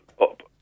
up